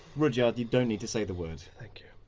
rudyard, you don't need to say the word. thank you,